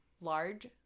large